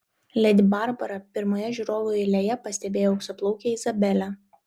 ledi barbara pirmoje žiūrovų eilėje pastebėjo auksaplaukę izabelę